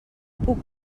puc